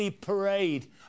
parade